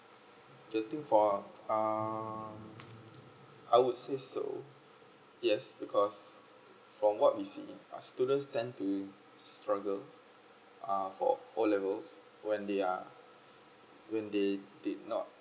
the thing for um I would say so yes because from what we see a student tend to struggle uh for O levels when they are when they did not